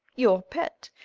your pet!